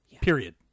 Period